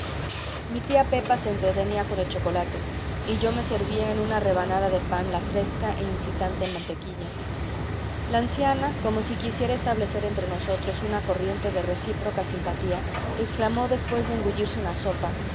mi tía pepa se entretenía con el chocolate y yo me servía en una rebanada de pan la fresca e incitante mantequilla la anciana como si quisiera establecer entre nosotros una corriente de recíproca simpatía exclamó después de engullirse una sopa